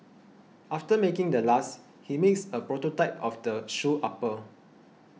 after making the last he makes a prototype of the shoe upper